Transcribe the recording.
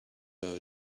her